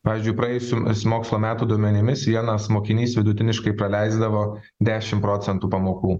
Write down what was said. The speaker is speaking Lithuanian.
pavyzdžiui praėjusių mokslo metų duomenimis vienas mokinys vidutiniškai praleisdavo dešimt procentų pamokų